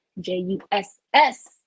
J-U-S-S